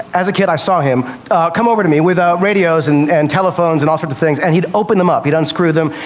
as a kid, i saw him come over to me with radios and and telephones and all sorts of things, and he'd open them up. he'd unscrew them,